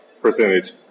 percentage